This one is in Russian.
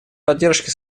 поддержке